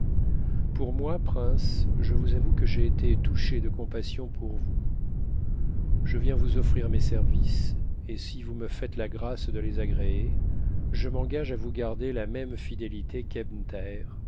pour moi prince je vous avoue que j'ai été touché de compassion pour vous je viens vous offrir mes services et si vous me faites a grâce de les agréer je m'engage à vous garder la même fidélité